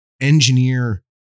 engineer